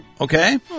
Okay